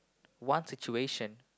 what situation